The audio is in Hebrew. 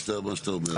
אני מבין מה שאתה אומר.